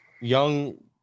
Young